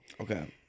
Okay